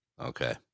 Okay